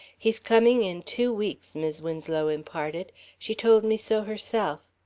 he's coming in two weeks, mis' winslow imparted she told me so herself.